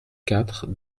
quatre